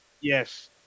yes